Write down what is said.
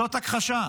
זאת הכחשה.